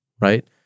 right